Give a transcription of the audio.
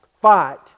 fight